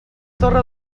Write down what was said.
torre